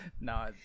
No